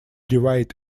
divide